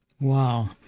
Wow